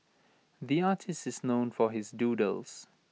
the artist is known for his doodles